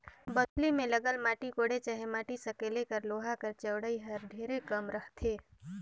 बउसली मे लगल माटी कोड़े चहे माटी सकेले कर लोहा कर चउड़ई हर ढेरे कम रहथे